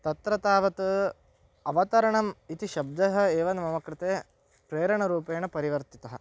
तत्र तावत् अवतरणम् इति शब्दः एव न मम कृते प्रेरणरूपेण परिवर्तितः